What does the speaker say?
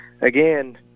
Again